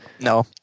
No